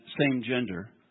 same-gender